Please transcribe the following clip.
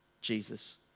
Jesus